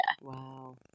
Wow